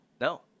No